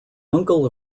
uncle